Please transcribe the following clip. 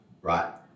right